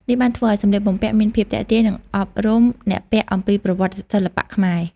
នេះបានធ្វើឲ្យសម្លៀកបំពាក់មានភាពទាក់ទាញ និងអប់រំអ្នកពាក់អំពីប្រវត្តិសិល្បៈខ្មែរ។